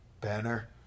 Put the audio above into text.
Banner